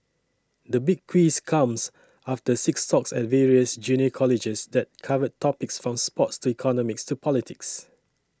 the Big Quiz comes after six talks at various junior colleges that covered topics from sports to economics to politics